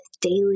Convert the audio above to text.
daily